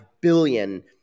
billion